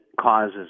causes